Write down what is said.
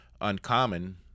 uncommon